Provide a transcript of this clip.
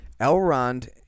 Elrond